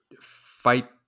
fight